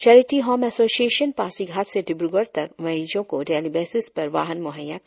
charity home association Pasighat से डिब्रगड़ तक मरिजों को डेली बेसिस पर वाहन मुहैया कराते है